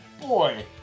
boy